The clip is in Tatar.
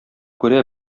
күрә